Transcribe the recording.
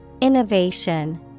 Innovation